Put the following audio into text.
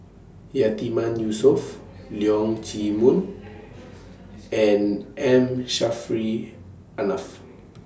Yatiman Yusof Leong Chee Mun and M Saffri A Manaf